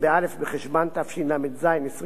25 באוקטובר 1976,